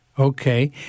Okay